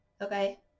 okay